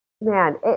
man